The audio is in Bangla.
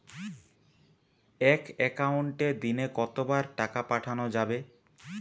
এক একাউন্টে দিনে কতবার টাকা পাঠানো যাবে?